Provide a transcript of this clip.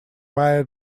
via